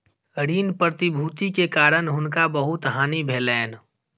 ऋण प्रतिभूति के कारण हुनका बहुत हानि भेलैन